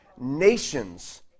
Nations